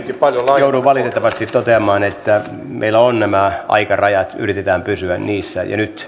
joudun valitettavasti toteamaan että meillä ovat nämä aikarajat yritetään pysyä niissä ja nyt